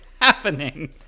happening